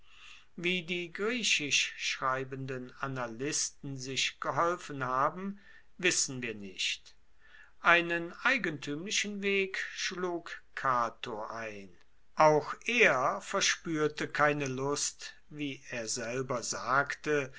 wie die griechisch schreibenden annalisten sich geholfen haben wissen wir nicht einen eigentuemlichen weg schlug cato ein auch er verspuerte keine lust wie er selber sagt